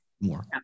more